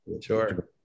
Sure